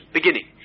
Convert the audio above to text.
beginning